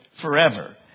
forever